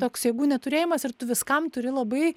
toks jėgų neturėjimas ir tu viskam turi labai